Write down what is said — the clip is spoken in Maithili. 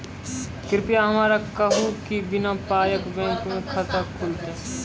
कृपया हमरा कहू कि बिना पायक बैंक मे खाता खुलतै?